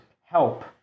help